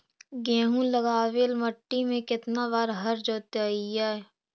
गेहूं लगावेल मट्टी में केतना बार हर जोतिइयै?